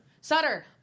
Sutter